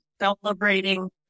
celebrating